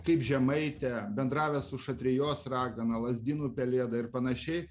kaip žemaitę bendravęs su šatrijos ragana lazdynų pelėda ir panašiai